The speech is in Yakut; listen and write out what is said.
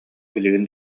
билигин